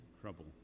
trouble